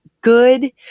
good